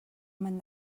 man